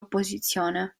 opposizione